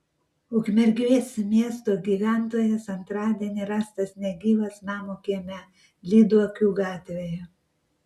ukmergės miesto gyventojas antradienį rastas negyvas namo kieme lyduokių gatvėje